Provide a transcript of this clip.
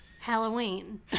Halloween